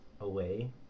away